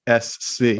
SC